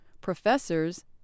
professors